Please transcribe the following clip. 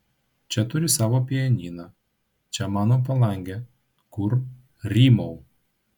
čia turiu savo pianiną čia mano palangė kur rymau